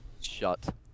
Shut